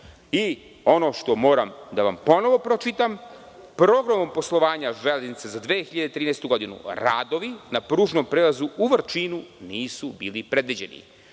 što moram ponovo da vam pročitam – programom poslovanja „Železnica“ za 2013. godinu, radovi na pružnom prelazu u Vrčinu nisu bili predviđeni.